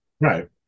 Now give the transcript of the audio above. Right